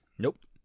Nope